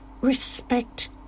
respect